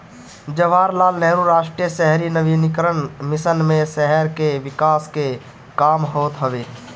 जवाहरलाल नेहरू राष्ट्रीय शहरी नवीनीकरण मिशन मे शहर के विकास कअ काम होत हवे